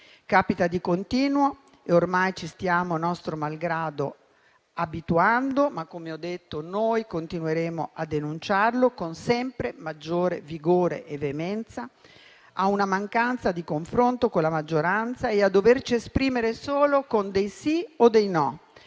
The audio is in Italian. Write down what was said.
Capita di continuo e ormai ci stiamo, nostro malgrado, abituando - ma, come ho detto, continueremo a denunciarlo con sempre maggiore vigore e veemenza - a una mancanza di confronto con la maggioranza e a doverci esprimere solo con dei sì o dei no,